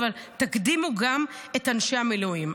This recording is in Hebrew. אבל תקדימו גם את אנשי המילואים.